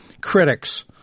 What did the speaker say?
critics